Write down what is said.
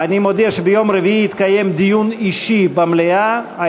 אני מודיע שביום רביעי יתקיים דיון אישי במליאה,